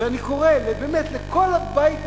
ואני קורא באמת לכל הבית הזה: